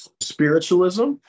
spiritualism